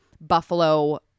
Buffalo